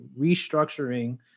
restructuring